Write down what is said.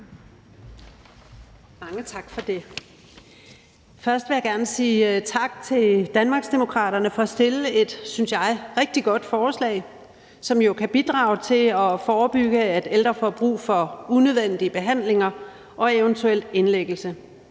Mange tak for det. Først vil jeg gerne sige tak til Danmarksdemokraterne for at fremsætte et, synes jeg, rigtig godt forslag, som jo kan bidrage til at forebygge, at ældre får brug for unødvendige behandlinger og eventuelt indlæggelse.